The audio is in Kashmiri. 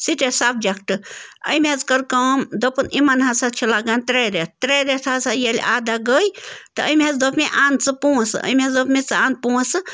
سِٹیٹ سَبجَکٹ أمۍ حظ کٔر کٲم دۄپُن یِمَن ہسا چھِ لَگان ترٛےٚ رٮ۪تھ ترٛےٚ رٮ۪تھ ہسا ییٚلہِ ادا گٔے تہٕ أمۍ حظ دوٚپ مےٚ اَن ژٕ پونٛسہٕ أمۍ حظ دوٚپ مےٚ ژٕ اَن پونٛسہٕ